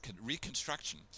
reconstruction